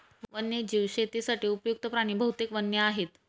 वन्यजीव शेतीसाठी उपयुक्त्त प्राणी बहुतेक वन्य आहेत